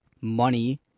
money